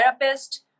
therapist